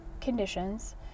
conditions